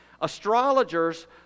Astrologers